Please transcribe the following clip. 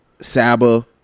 Saba